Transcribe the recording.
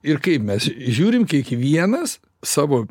ir kaip mes žiūrim kiekvienas savo